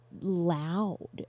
loud